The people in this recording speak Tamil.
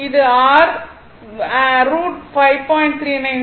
இது r √5